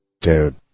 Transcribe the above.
Dude